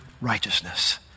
righteousness